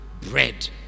bread